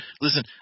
Listen